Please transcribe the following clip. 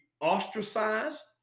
ostracized